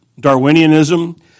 Darwinianism